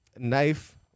Knife